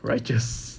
righteous